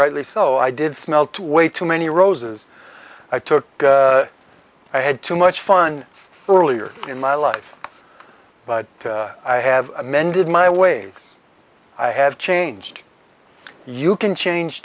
rightly so i did smell to way too many roses i took i had too much fun earlier in my life but i have mended my ways i have changed you can change